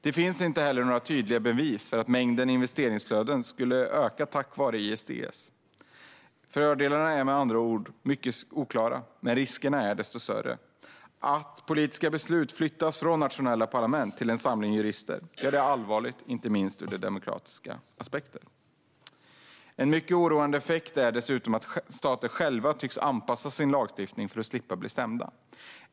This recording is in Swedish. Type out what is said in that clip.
Det finns inte heller några tydliga bevis för att mängden investeringsflöden skulle gynnas tack vare ICS. Fördelarna är med andra ord mycket oklara, men riskerna är desto större. Att politiska beslut flyttas från nationella parlament till en samling jurister är allvarligt, inte minst ur demokratiska aspekter. En mycket oroande effekt är dessutom att stater själva tycks anpassa sin lagstiftning för att slippa bli stämda.